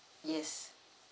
yes